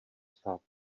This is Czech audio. státu